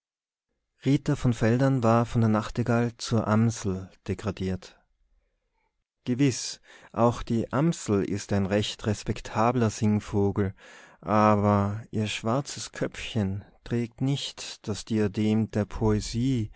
von veldern war von der nachtigall zur amsel degradiert gewiß auch die amsel ist ein recht respektabler singvogel aber ihr schwarzes köpfchen trägt nicht das diadem der poesie